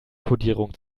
kodierung